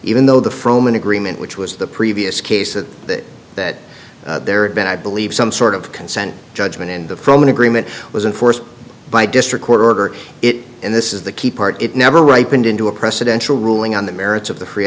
even though the froman agreement which was the previous case of that that there been i believe some sort of consent judgment and the from an agreement was in force by district court order it and this is the key part it never ripened into a presidential ruling on the merits of the free